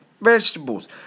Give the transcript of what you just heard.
vegetables